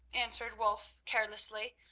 answered wulf carelessly.